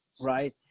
right